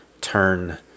turn